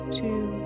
two